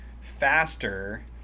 faster